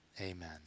Amen